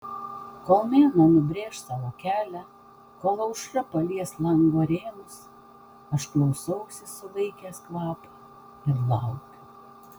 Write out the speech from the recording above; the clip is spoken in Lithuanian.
kol mėnuo nubrėš savo kelią kol aušra palies lango rėmus aš klausausi sulaikęs kvapą ir laukiu